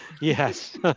Yes